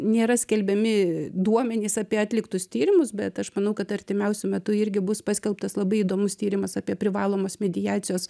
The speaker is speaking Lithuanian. nėra skelbiami duomenys apie atliktus tyrimus bet aš manau kad artimiausiu metu irgi bus paskelbtas labai įdomus tyrimas apie privalomos mediacijos